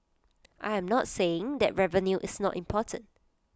I am not saying that revenue is not important